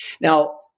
Now